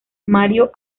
mario